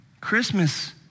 Christmas